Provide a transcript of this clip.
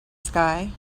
sky